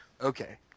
Okay